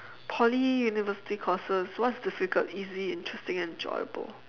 poly university courses what's difficult easy interesting enjoyable